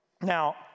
Now